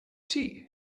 tea